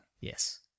Yes